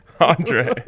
Andre